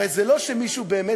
הרי זה לא שמישהו באמת,